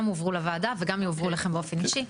גם הועברו לוועדה וגם יועברו אליכם באופן אישי.